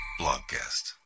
Blogcast